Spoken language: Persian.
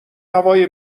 هوای